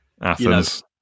athens